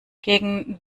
gegen